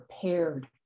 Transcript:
prepared